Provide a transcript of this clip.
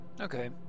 Okay